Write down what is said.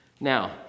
Now